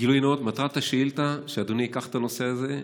גילוי נאות: מטרת השאילתה היא שאדוני ייקח את הנושא הזה,